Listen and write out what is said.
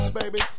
baby